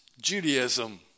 Judaism